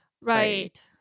Right